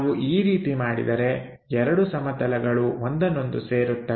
ನಾವು ಈ ರೀತಿ ಮಾಡಿದರೆ ಎರಡು ಸಮತಲಗಳ ಒಂದನ್ನೊಂದು ಸೇರುತ್ತವೆ